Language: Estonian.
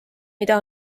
mida